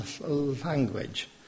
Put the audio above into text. language